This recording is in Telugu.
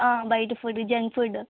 బయట ఫుడ్ జంక్ ఫుడ్డు